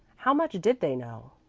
how much did they know?